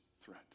threat